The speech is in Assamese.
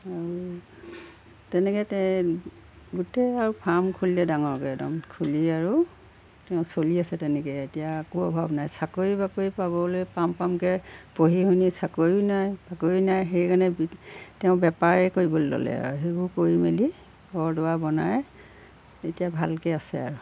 আৰু তেনেকৈ গোটেই আৰু ফাৰ্ম খুলিলে ডাঙৰকৈ একদম খুলি আৰু তেওঁ চলি আছে তেনেকৈ এতিয়া একো অভাৱ নাই চাকৰি বাকৰি পাবলৈ পাম পামকৈ পঢ়ি শুনি চাকৰিও নাই বাকৰি নাই সেইকাৰণে তেওঁ বেপাৰেই কৰিবলৈ ল'লে আৰু সেইবোৰ কৰি মেলি ঘৰ দুৱাৰ বনাই এতিয়া ভালকৈ আছে আৰু